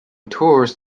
tours